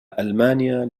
ألمانيا